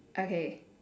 okay